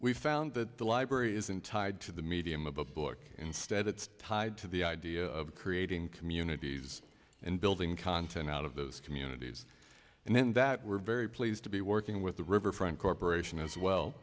we found that the library isn't tied to the medium of a book instead it's tied to the idea of creating communities and building content out of those communities and then that we're very pleased to be working with the riverfront corporation as well